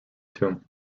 tomb